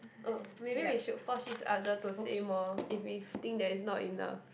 oh maybe we should force each other to say more if if think there is not enough